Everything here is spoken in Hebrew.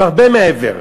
הן הרבה מעבר.